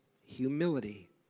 humility